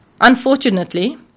Unfortunately